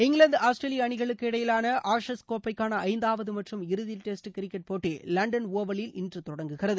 England Australia அணிகளுக்கு இடையிலான Ashes கோப்பைக்கான ஐந்தாவது மற்றும் இறுதி டெஸ்ட் கிரிக்கெட் போட்டி லண்டன் ஓவலில் இன்று தொடங்குகிறது